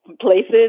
places